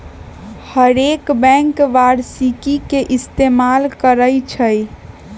हरेक बैंक वारषिकी के इस्तेमाल करई छई